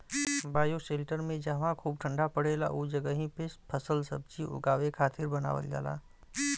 bioshelter में जहवा खूब ठण्डा पड़ेला उ जगही पे फलसब्जी उगावे खातिर बनावल जाला